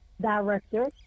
director